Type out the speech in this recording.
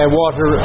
water